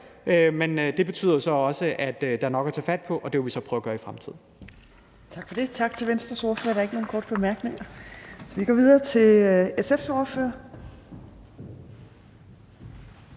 men det betyder så også, at der er nok at tage fat på, og det vil vi så prøve at gøre i fremtiden. Kl. 19:06 Tredje næstformand (Trine Torp): Tak for det. Tak til Venstres ordfører. Der er ikke nogen korte bemærkninger. Vi går videre til SF's ordfører.